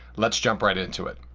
let's jump right into it.